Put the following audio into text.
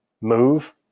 move